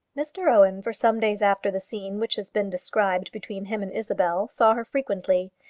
mr owen, for some days after the scene which has been described between him and isabel, saw her frequently,